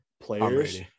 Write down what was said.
players